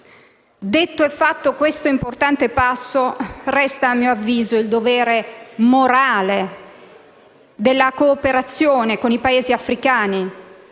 Detto e fatto questo importante passo, resta a mio avviso il dovere morale della cooperazione con i Paesi africani